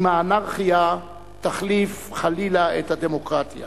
אם האנרכיה תחליף חלילה את הדמוקרטיה.